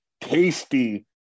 tasty